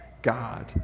God